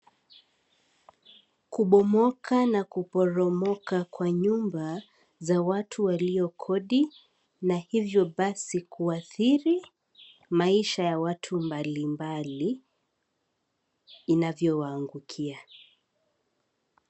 Kubomoka na kuporomoka kwa nyumba za watu waliokodi, na hivyo basi kuadhiri maisha ya watu mbalimbali inavyowaangukia.